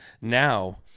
now